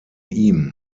ihm